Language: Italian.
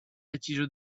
deciso